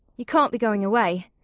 you can't be going away?